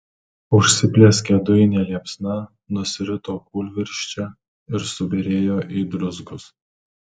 užsiplieskė dujine liepsna nusirito kūlvirsčia ir subyrėjo į druzgus